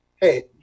Hey